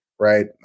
right